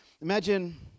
imagine